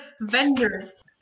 vendors